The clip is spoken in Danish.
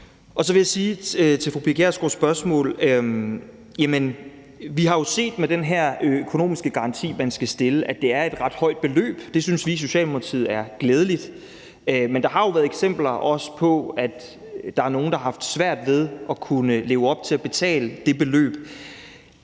Og så vil jeg sige i forhold til fru Pia Kjærsgaards spørgsmål, at vi jo har set med den her økonomiske garanti, man skal stille, at det er et ret højt beløb, og det synes vi i Socialdemokratiet er glædeligt. Men der har jo også været eksempler på, at der er nogle, som har haft svært ved at kunne leve op til at betale det beløb.